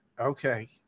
okay